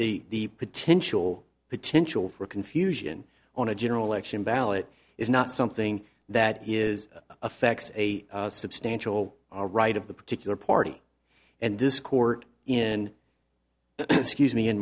the potential potential for confusion on a general election ballot is not something that is affects a substantial all right of the particular party and this court in scuse me